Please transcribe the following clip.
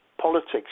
politics